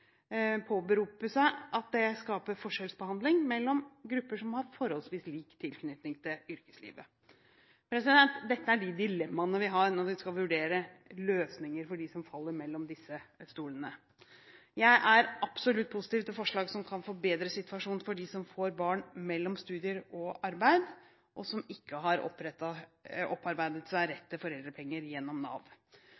påberope seg at det skaper forskjellsbehandling mellom grupper som har en forholdsvis lik tilknytning til yrkeslivet. Dette er de dilemmaene vi har når vi skal vurdere løsninger for dem som faller mellom disse stolene. Jeg er absolutt positiv til forslag som kan forbedre situasjonen for dem som får barn mellom studier og arbeid, og som ikke har opparbeidet seg rett